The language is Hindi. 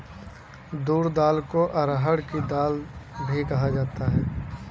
तूर दाल को अरहड़ की दाल भी कहा जाता है